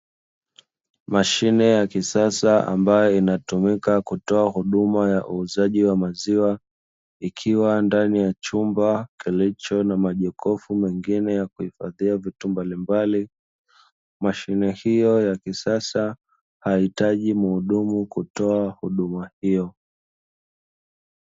Mashine ya kisasa ambayo inatumika kutoa huduma ya uuzaji wa maziwa, ikiwa ndani ya chumba kilicho na majokofu mengine ya kuhifadhia vitu mbalimbali. Mashine hiyo ya kisasa haihitaji muhudumu kutoa huduma hiyo.